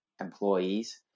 employees